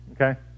okay